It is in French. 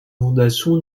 fondation